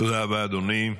תודה רבה, אדוני.